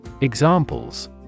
Examples